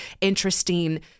interesting